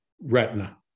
retina